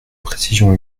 précision